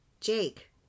Jake